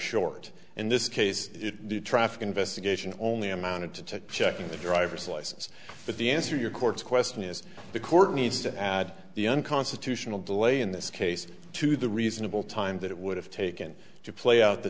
short in this case the traffic investigation only amounted to checking the driver's license but the answer your court's question is the court needs to add the unconstitutional delay in this case to the reasonable time that it would have taken to play out the